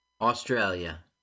Australia